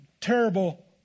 terrible